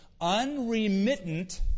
unremittent